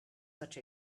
such